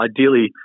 ideally